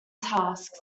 tasks